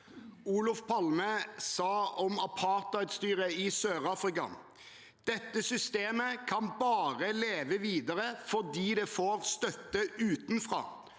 Olof Palme sa om apartheidstyret i Sør-Afrika: Dette systemet kan bare leve videre fordi det får støtte utenfra.